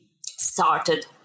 started